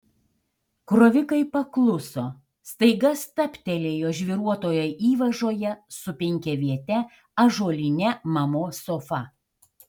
krovikai pakluso staiga stabtelėjo žvyruotoje įvažoje su penkiaviete ąžuoline mamos sofa